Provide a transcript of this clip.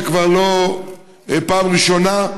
כבר לא פעם ראשונה,